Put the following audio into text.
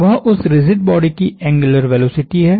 वह उस rigid body की एंग्युलर वेलोसिटी है